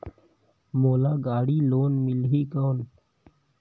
मोला गाड़ी लोन मिलही कौन?